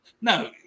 No